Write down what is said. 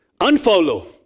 Unfollow